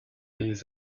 des